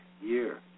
year